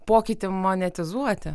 pokytį monetizuoti